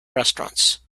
restaurants